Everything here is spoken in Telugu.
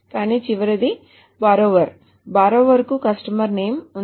కానీ చివరిది బార్రోవర్ బార్రోవర్ కు కస్టమర్ నేమ్ ఉంది